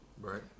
Right